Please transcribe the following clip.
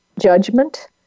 judgment